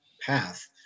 path